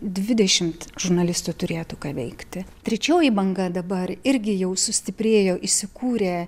dvidešimt žurnalistų turėtų ką veikti trečioji banga dabar irgi jau sustiprėjo įsikūrė